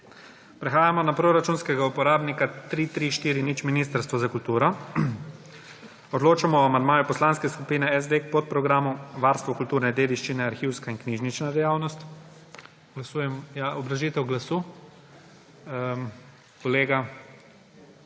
Prehajamo na proračunskega uporabnika 3340 Ministerstvo za kulturo. Odločamo o amandmaju Poslanske skupine SD k podprogramu Varstvo kulturne dediščine, arhivska in knjižnična dejavnost. Obrazložitev glasu kolega